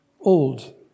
old